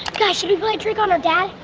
guys, should we play a trick on our dad?